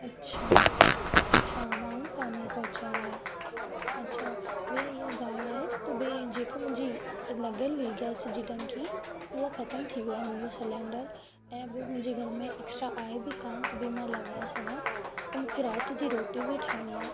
अछा अछा माण्हू कोन आहे पहुचाइण लाइ अछा भइया इहा ॻाल्हि आहे त भई जेका मुंहिंजी लॻियलु हुई गैस जी टंकी उहो ख़तम थी वियो आहे मुंहिंजो सिलेंडर ऐं ॿियो मुंहिंजे घर में एक्सट्रा आहे बि कोन की भई मां लॻाए सघां ऐं मूंखे राति जी रोटी बि ठाहिणी आहे